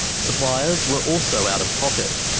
suppliers were also out of pocket.